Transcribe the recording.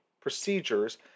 procedures